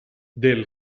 del